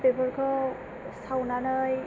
बेफोरखौ सावनानै